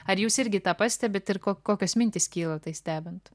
ar jūs irgi tą pastebit ir ko kokios mintys kyla tai stebint